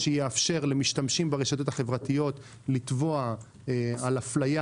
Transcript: החוק יאפשר למשתמשים ברשתות החברתיות לתבוע על אפליה